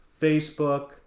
Facebook